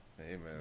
Amen